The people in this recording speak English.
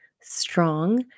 strong